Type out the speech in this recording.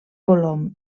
colom